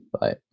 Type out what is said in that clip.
bye